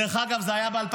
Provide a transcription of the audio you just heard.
דרך אגב, זה היה ב-2008,